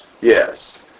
Yes